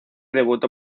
debutó